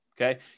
okay